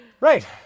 right